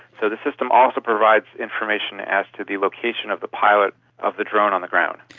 so the system also provides information as to the location of the pilot of the drone on the ground.